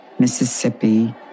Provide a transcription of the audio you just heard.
Mississippi